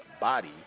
body